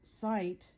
site